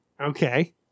Okay